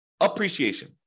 appreciation